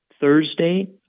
Thursday